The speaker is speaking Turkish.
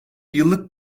yıllık